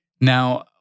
Now